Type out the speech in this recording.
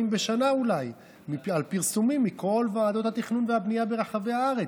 בשנה על פרסומים מכל ועדות התכנון והבנייה ברחבי הארץ.